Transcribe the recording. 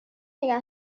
نگه